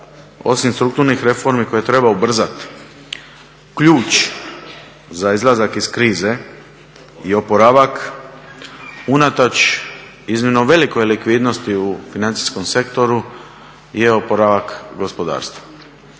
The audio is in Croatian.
osim strukturnih reformi koje treba ubrzati, ključ za izlazak iz krize i oporavak unatoč iznimno velikoj likvidnosti u financijskom sektoru je oporavak gospodarstva.